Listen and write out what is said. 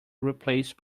replaced